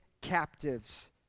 captives